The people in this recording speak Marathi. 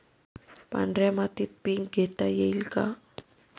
पांढऱ्या मातीत पीक घेता येईल का?